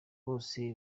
bose